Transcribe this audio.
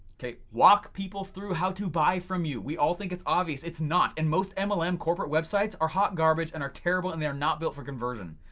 okay, walk people through how to buy from you. we all think it's obvious, its not. and most mlm corporate websites are hot garbage and are terrible and they are not built for conversion.